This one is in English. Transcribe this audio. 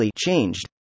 changed